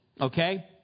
okay